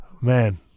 man